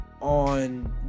on